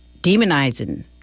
demonizing